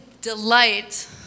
delight